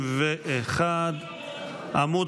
הסתייגות 161. עמ'